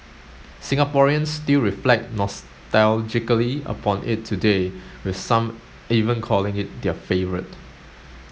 Singaporeans still reflect nostalgically upon it today with some even calling it their favourite